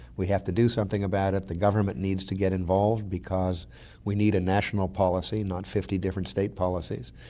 we have to do something about it, the government needs to get involved because we need a national policy, not fifty different state policies.